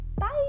Bye